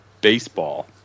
baseball